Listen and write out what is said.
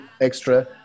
Extra